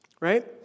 Right